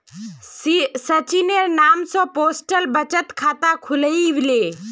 सचिनेर नाम स पोस्टल बचत खाता खुलवइ ले